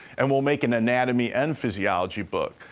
and we'll make an anatomy and physiology book.